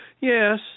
Yes